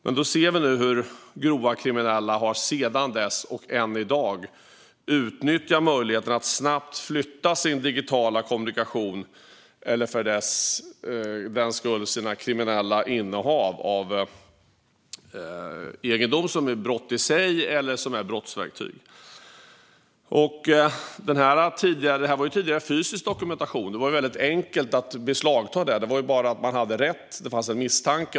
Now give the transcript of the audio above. Men vi ser nu hur grovt kriminella sedan dess och än i dag utnyttjat och utnyttjar möjligheten att snabbt flytta sin digitala kommunikation, eller för den delen sina kriminella innehav av egendom som utgör brott i sig eller brottsverktyg. Det här var tidigare fysisk dokumentation, som det var väldigt enkelt att beslagta. Det handlade bara om att man hade rätt och det fanns en misstanke.